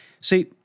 see